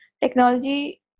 technology